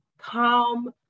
calm